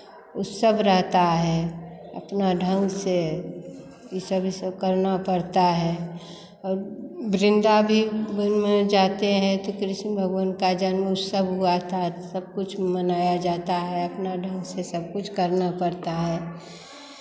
वो सब रहता है अपना ढंग से ये सब ये सब करना पड़ता है और वृंदा भी वन में जाते हैं तो कृष्ण भगवान का जन्म उत्सव हुआ था सब कुछ मनाया जाता है अपना ढंग से सब कुछ करना पड़ता है